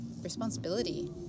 responsibility